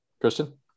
Christian